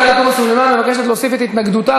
תומא סלימאן מבקשת להוסיף את התנגדותה,